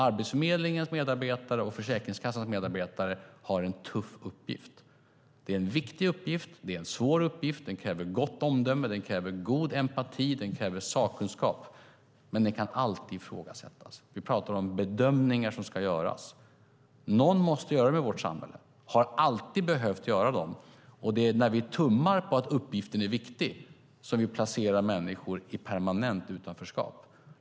Arbetsförmedlingens och Försäkringskassans medarbetare har en tuff uppgift. Det är en viktig och svår uppgift som kräver gott omdöme, god empati och sakkunskap. Den kan alltid ifrågasättas - vi talar om bedömningar som ska göras. Någon måste göra dem i vårt samhälle och har alltid behövt göra dem. Det är när vi tummar på att uppgiften är viktig som vi placerar människor i permanent utanförskap.